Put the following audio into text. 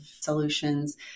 solutions